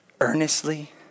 Earnestly